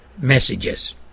messages